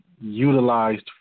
utilized